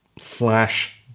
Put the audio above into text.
slash